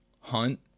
hunt